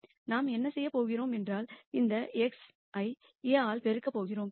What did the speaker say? எனவே நாம் என்ன செய்யப் போகிறோம் என்றால் இந்த x ஐ A ஆல் பெருக்கப் போகிறோம்